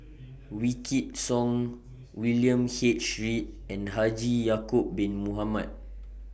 Wykidd Song William H Read and Haji Ya'Acob Bin Mohamed